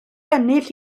ennill